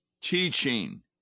teaching